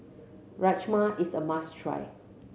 Rajma is a must try